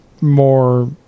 more